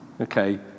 Okay